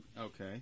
okay